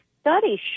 studies